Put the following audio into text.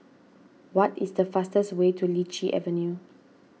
what is the fastest way to Lichi Avenue